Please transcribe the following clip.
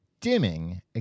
dimming